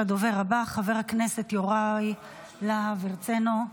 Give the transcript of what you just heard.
הדובר הבא חבר הכנסת יוראי להב הרצנו.